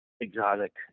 exotic